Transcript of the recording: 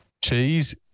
Cheese